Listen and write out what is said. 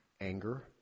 Anger